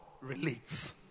relates